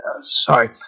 Sorry